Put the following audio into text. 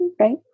right